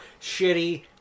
shitty